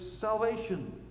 salvation